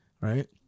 Right